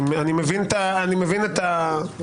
אני מבין את הקושי.